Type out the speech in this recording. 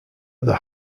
other